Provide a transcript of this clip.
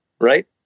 Right